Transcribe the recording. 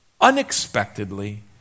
unexpectedly